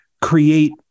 create